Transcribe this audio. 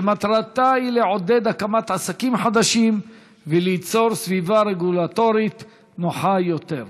שמטרתה היא לעודד הקמת עסקים חדשים וליצור סביבה רגולטורית נוחה יותר.